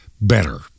better